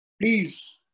please